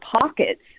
pockets